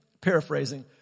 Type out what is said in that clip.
paraphrasing